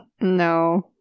No